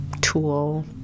tool